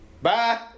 Bye